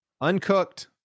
uncooked